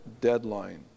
deadline